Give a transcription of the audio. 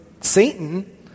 Satan